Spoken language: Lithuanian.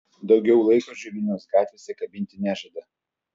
daugiau laikrodžių vilniaus gatvėse kabinti nežada